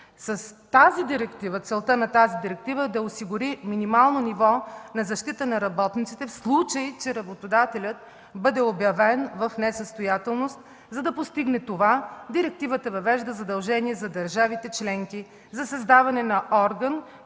Целта на тази директива е да осигури минимално ниво на защита на работниците в случай, че работодателят бъде обявен в несъстоятелност. За да постигне това директивата въвежда задължение за държавите членки за създаване на орган,